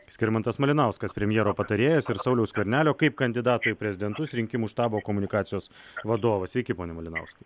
skirmantas malinauskas premjero patarėjas ir sauliaus skvernelio kaip kandidato į prezidentus rinkimų štabo komunikacijos vadovas sveiki pone malinauskai